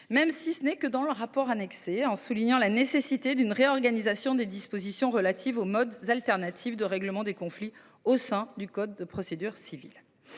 même si ce n’est que dans le rapport annexé, en soulignant la nécessité d’une réorganisation des dispositions relatives aux modes alternatifs de règlement des conflits au sein du code de procédure civile.